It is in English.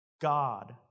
God